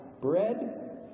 bread